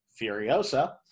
Furiosa